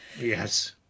yes